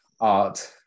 Art